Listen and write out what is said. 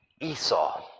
Esau